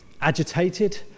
agitated